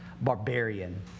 Barbarian